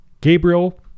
Gabriel